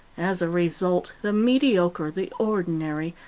as a result, the mediocre, the ordinary,